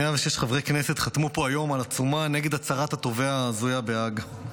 106 חברי כנסת חתמו פה היום על עצומה נגד הצהרת התובע ההזויה בהאג.